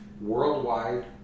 worldwide